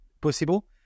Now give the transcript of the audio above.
possible